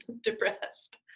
depressed